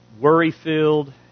worry-filled